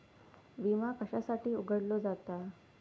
विमा कशासाठी उघडलो जाता?